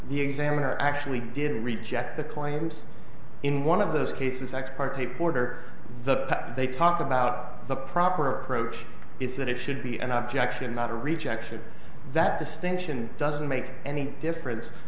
the examiner actually did reject the claims in one of those cases ex parte porter the fact they talk about the proper approach is that it should be an objection not a rejection that distinction doesn't make any difference